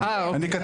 אוקיי.